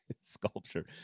sculpture